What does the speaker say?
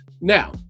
Now